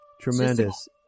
Tremendous